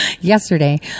yesterday